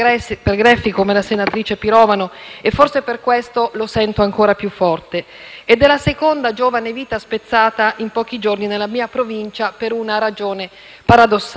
È la seconda giovane vita spezzata in pochi giorni nella mia Provincia per una ragione paradossale. L'amore non dovrebbe mai essere un pretesto per la violenza, ma qui non parliamo di amore.